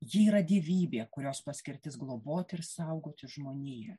ji yra gyvybė kurios paskirtis globoti ir saugoti žmoniją